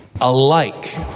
alike